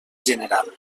general